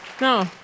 No